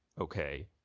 okay